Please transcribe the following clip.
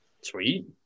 Sweet